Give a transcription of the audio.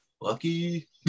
Lucky